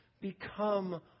become